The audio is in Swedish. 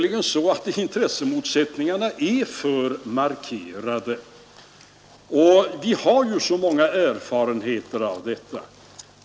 Intresse motsättningarna är nämligen för markerade. Vi har många erfarenheter av det.